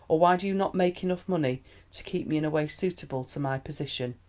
or why do you not make enough money to keep me in a way suitable to my position?